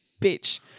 bitch